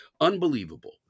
unbelievable